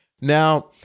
now